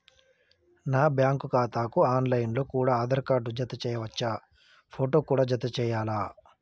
నా బ్యాంకు ఖాతాకు online లో కూడా ఆధార్ కార్డు జత చేయవచ్చా ఫోటో కూడా జత చేయాలా?